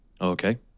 Okay